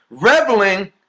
reveling